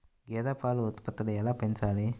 గేదె పాల ఉత్పత్తులు ఎలా పెంచాలి?